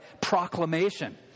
proclamation